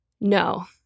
No